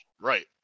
right